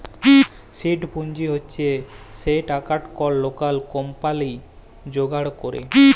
seed পুঁজি হছে সে টাকাট কল লকাল কম্পালি যোগাড় ক্যরে